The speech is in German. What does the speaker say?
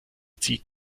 zieht